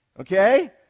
Okay